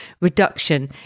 reduction